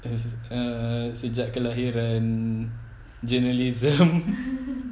it is err sejak kelahiran journalism